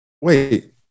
Wait